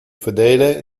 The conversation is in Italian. fedele